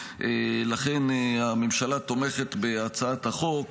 לכן הממשלה תומכת בהצעת החוק,